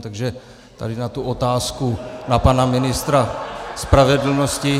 Takže tady na tu otázku pana ministra spravedlnosti...